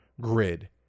grid